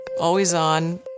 Always-on